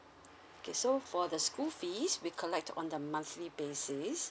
okay so for the school fees we collect on a monthly basis